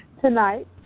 tonight